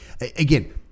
Again